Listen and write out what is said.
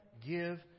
Give